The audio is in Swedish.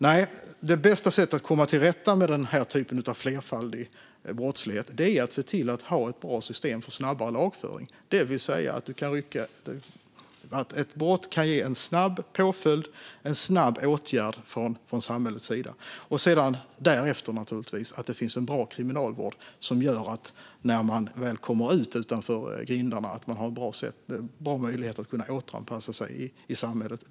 Nej, bästa sättet att komma till rätta med den här typen av flerfaldig brottslighet är att ha ett bra system för snabbare lagföring, det vill säga att ett brott kan ge en snabb påföljd eller åtgärd från samhällets sida. Därefter ska det naturligtvis finnas en bra kriminalvård som gör att man, när man väl kommer ut och står utanför grindarna, har en bra möjlighet att kunna återanpassa sig i samhället.